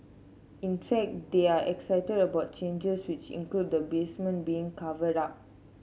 in fact they are excited about changes which include the basement being covered up